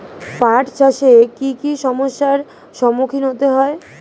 পাঠ চাষে কী কী সমস্যার সম্মুখীন হতে হয়?